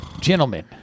Gentlemen